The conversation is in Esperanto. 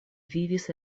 vivis